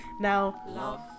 now